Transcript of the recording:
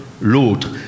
l'autre